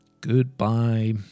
Goodbye